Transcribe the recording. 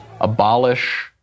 abolish